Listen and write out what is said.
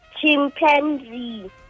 Chimpanzee